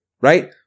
right